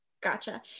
Gotcha